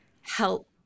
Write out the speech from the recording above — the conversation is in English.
help